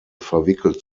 verwickelt